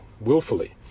willfully